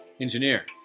engineer